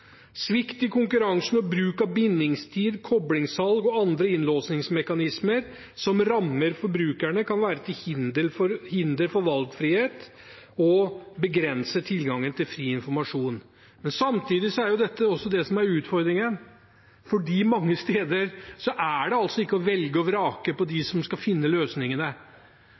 Svikt i konkurransen og bruk av bindingstid, koblingssalg og andre innlåsningsmekanismer som rammer forbrukerne, kan være til hinder for valgfrihet og begrense tilgangen til fri informasjon. Samtidig er det dette som er utfordringen, for mange steder er det ikke bare å velge og vrake blant dem som skal finne løsningene.